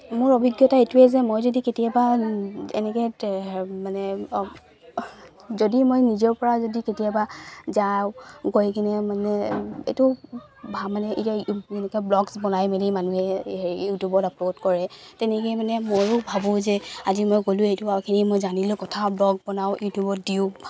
মোৰ অভিজ্ঞতা এইটোৱে যে মই যদি কেতিয়াবা এনেকৈ তেহ মানে যদি মই নিজৰ পৰা যদি কেতিয়াবা যাওঁ গৈ কিনে মানে এইটো ভা মানে এনেকৈ ভ্লগছ বনাই মেলি মানুহে হেৰি ইউটিউবত আপল'ড কৰে তেনেকেই মানে ময়ো ভাবো যে আজি মই গ'লো এইটো আৰু এইখিনি মই জানিলে কথা ভ্লগ বনাও ইউটিউবত দিওঁ